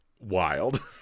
wild